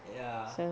ya